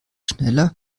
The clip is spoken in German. schneller